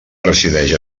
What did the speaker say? resideix